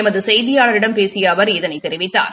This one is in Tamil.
எமது செய்தியாளரிடம் அவர் இதனை தெரிவித்தார்